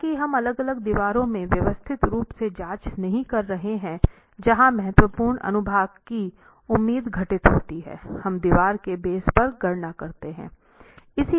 हालांकि हम अलग अलग दीवारों में व्यवस्थित रूप से जांच नहीं जा रहे हैं जहां महत्वपूर्ण अनुभाग की उम्मीद घटित होती हैं हम दीवार के बेस पर गणना करते हैं